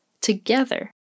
together